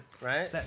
Right